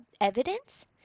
evidence